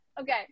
Okay